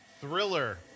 Thriller